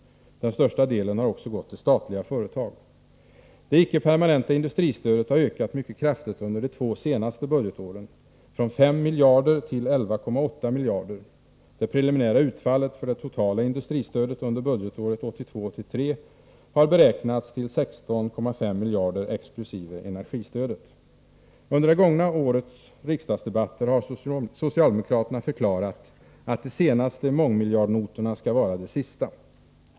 Den största delen har också gått till statliga företag. Det icke permanenta industristödet har ökat mycket kraftigt under de två senaste budgetåren, från 5 miljarder till 11,8 miljarder. Det preliminära utfallet för det totala industristödet under budgetåret 1982/83 har beräknats till 16,5 miljarder exkl. energistödet. Under det gångna årets riksdagsdebatter har socialdemokraterna förklarat att de senaste mångmiljardnotorna skall vara de sista.